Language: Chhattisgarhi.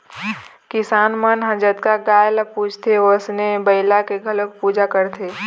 किसान मन ह जतका गाय ल पूजथे वइसने बइला के घलोक पूजा करथे